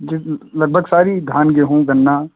जी लगभग सारी धान गेहूँ गन्ना